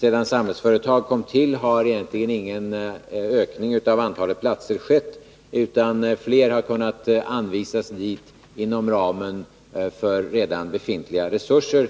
Sedan Samhällsföretag kom till har egentligen ingen ökning av antalet platser skett, utan fler har kunnat anvisas dit inom ramen för redan befintliga resurser.